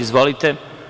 Izvolite.